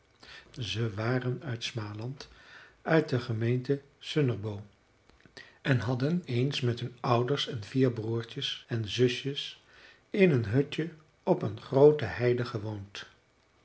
ze waren uit smaland uit de gemeente sunnerbo en hadden eens met hun ouders en vier broertjes en zusjes in een hutje op een groote heide gewoond